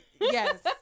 Yes